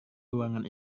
ruangan